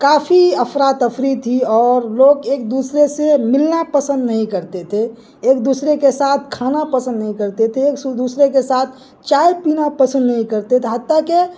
کافی افرا تفری تھی اور لوگ ایک دوسرے سے ملنا پسند نہیں کرتے تھے ایک دوسرے کے ساتھ کھانا پسند نہیں کرتے تھے ایک دوسرے کے ساتھ چائے پینا پسند نہیں کرتے تھے حتیٰ کہ